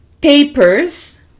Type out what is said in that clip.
papers